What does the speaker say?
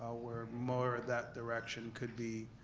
ah where more that direction could be